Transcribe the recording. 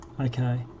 Okay